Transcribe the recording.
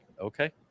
okay